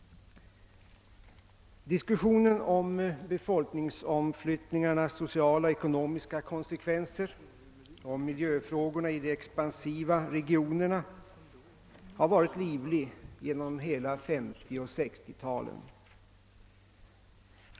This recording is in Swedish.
Diskussionen om befolkningsomflyttningarnas sociala och ekonomiska konsekvenser och miljöfrågorna i de expansiva regionerna har varit livlig genom hela 1950 och 1960-talen.